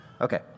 Okay